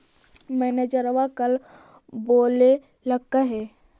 मैनेजरवा कल बोलैलके है?